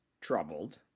troubled